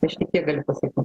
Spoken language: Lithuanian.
aš tik tiek galiu pasaky